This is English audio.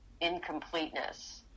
incompleteness